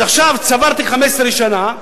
אז עכשיו צברתי 15 שנה,